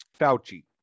Fauci